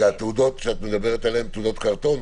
התעודות שאת מדברת עליהן הן תעודות קרטון?